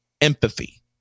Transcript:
empathy